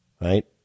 right